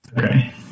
Okay